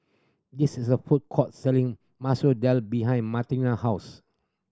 this is a food court selling Masoor Dal behind Martine house